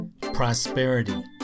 prosperity